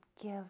give